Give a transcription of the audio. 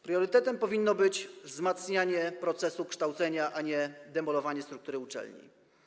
Priorytetem powinno być wzmacnianie procesu kształcenia, a nie demolowanie struktury uczelni.